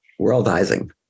Worldizing